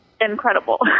incredible